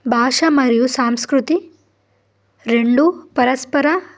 భాష మరియు సాంస్కృతి రెండు పరస్పర